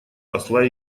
посла